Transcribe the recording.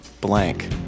blank